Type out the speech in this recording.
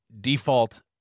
default